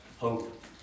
hope